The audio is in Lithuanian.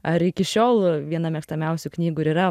ar iki šiol viena mėgstamiausių knygų ir yra